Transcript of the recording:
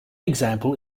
example